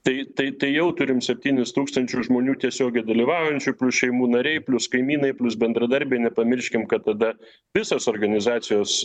tai tai jau turim septynis tūkstančius žmonių tiesiogiai dalyvaujančių plius šeimų nariai plius kaimynai plius bendradarbiai nepamirškim kad tada visos organizacijos